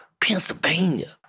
Pennsylvania